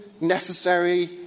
necessary